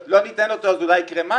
ואם לא ניתן אותו אז אולי יקרה משהו?